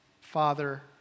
Father